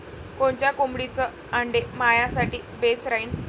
कोनच्या कोंबडीचं आंडे मायासाठी बेस राहीन?